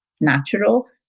natural